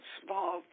small